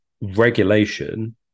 regulation